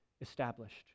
established